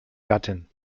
gattin